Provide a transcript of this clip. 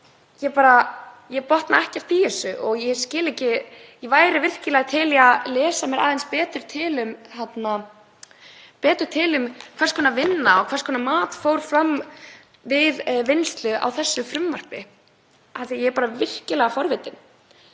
geyma. Ég botna ekkert í þessu og ég skil þetta ekki. Ég væri virkilega til í að lesa mér aðeins betur til um hvers konar vinna og hvers konar mat fór fram við vinnslu á þessu frumvarpi. Ég er bara virkilega forvitin.